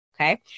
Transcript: okay